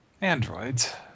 androids